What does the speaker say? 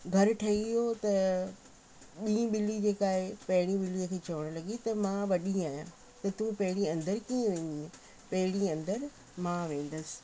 घरु ठही वियो त ॿी ॿिली जेका आहे पहिरीं ॿिलीअ खे चवणु लॻी त मां वॾी आहियां त तू पहिरीं अंदर कीअं वेंदीअ पहिरीं अंदरि मां वेंदसि